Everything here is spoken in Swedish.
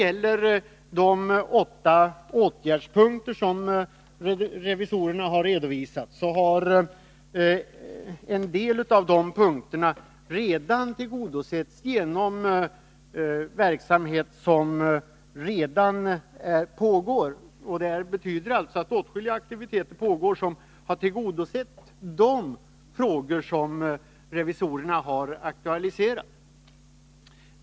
Av de åtta åtgärdspunkter som revisorerna har föreslagit har en del tillgodosetts genom verksamhet som redan pågår. Det betyder alltså att åtskilliga aktiviteter har tillgodosett de krav som revisorerna har aktualiserat.